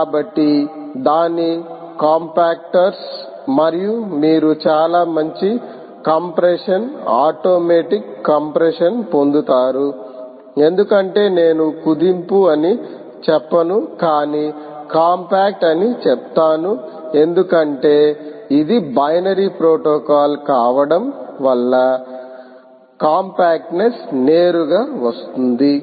కాబట్టి దాని కాంపాక్టర్లు మరియు మీరు చాలా మంచి కంప్రెషన్ ఆటోమేటిక్ కంప్రెషన్ను పొందుతారు ఎందుకంటే నేను కుదింపు అని చెప్పను కానీ కాంపాక్ట్ అని చెప్తాను ఎందుకంటే ఇది బైనరీ ప్రోటోకాల్ కావడం వల్ల కాంపాక్ట్నెస్ నేరుగా వస్తుంది